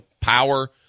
power